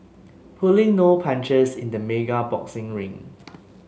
pulling no punches in the mega boxing ring